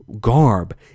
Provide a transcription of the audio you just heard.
garb